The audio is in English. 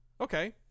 okay